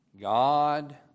God